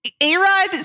A-Rod